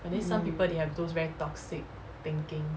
mm